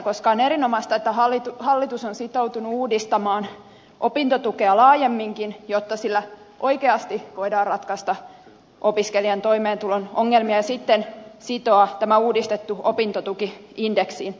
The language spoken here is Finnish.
on erinomaista että hallitus on sitoutunut uudistamaan opintotukea laajemminkin jotta sillä oikeasti voidaan ratkaista opiskelijan toimeentulon ongelmia ja sitten sitoa tämä uudistettu opintotuki indeksiin